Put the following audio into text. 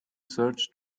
search